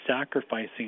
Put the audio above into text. sacrificing